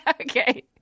okay